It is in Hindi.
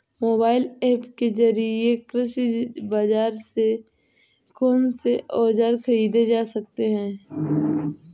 मोबाइल ऐप के जरिए कृषि बाजार से कौन से औजार ख़रीदे जा सकते हैं?